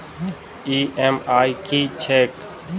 EMI की छैक?